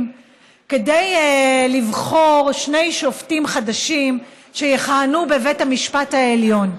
כדי לבחור שני שופטים חדשים שיכהנו בבית המשפט העליון.